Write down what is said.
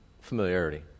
familiarity